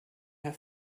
her